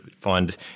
find